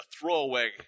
throwaway